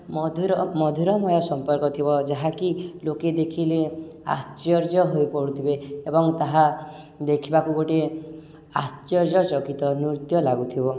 ମଧୁର ମଧୁରମୟ ସମ୍ପର୍କ ଥିବ ଯାହାକି ଲୋକେ ଦେଖିଲେ ଆଶ୍ଚର୍ଯ୍ୟ ହୋଇ ପଡ଼ୁଥିବେ ଏବଂ ତାହା ଦେଖିବାକୁ ଗୋଟେ ଆଶ୍ଚର୍ଯ୍ୟ ଚକିତ ନୃତ୍ୟ ଲାଗୁଥିବ